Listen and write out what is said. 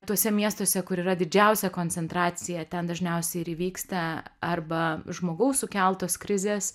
tuose miestuose kur yra didžiausia koncentracija ten dažniausiai ir įvyksta arba žmogaus sukeltos krizės